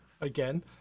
again